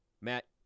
Matt